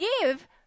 give